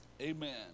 amen